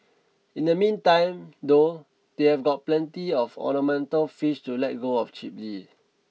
in the meantime though they have got plenty of ornamental fish to let go of cheaply